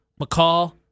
McCall